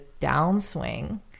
downswing